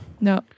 no